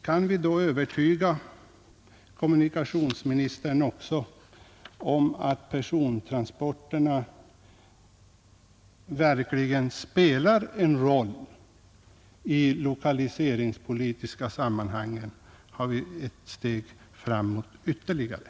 Kan vi också övertyga kommunikationsministern om att persontransportkostnaderna verkligen spelar en roll i de lokaliseringspolitiska sammanhangen, har vi kommit ytterligare ett steg framåt.